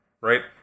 right